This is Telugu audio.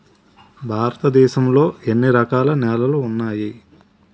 భారతదేశం లో ఎన్ని రకాల నేలలు ఉన్నాయి?